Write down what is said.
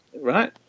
right